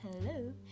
hello